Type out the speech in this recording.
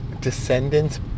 Descendants